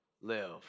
live